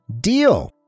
deal